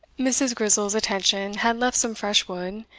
mrs. grizel's attention had left some fresh wood,